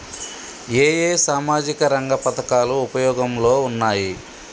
ఏ ఏ సామాజిక రంగ పథకాలు ఉపయోగంలో ఉన్నాయి?